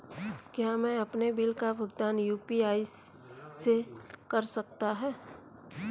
क्या मैं अपने बिल का भुगतान यू.पी.आई से कर सकता हूँ?